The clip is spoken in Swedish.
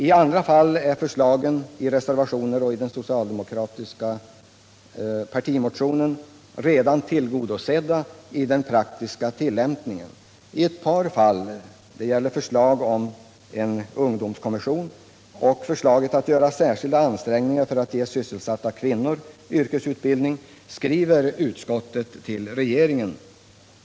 I andra fall är förslagen i de socialdemokratiska reservationerna och i den socialdemokratiska partimotionen redan tillgodosedda i den praktiska tillämpningen. I ett par fall — det gäller ett förslag om en ungdomskommission och förslaget att göra särskilda ansträngningar för att ge sysselsatta kvinnor yrkesbildning — skriver utskottet till regeringen.